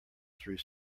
through